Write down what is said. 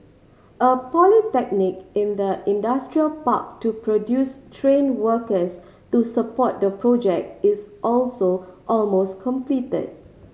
a polytechnic in the industrial park to produce trained workers to support the project is also almost completed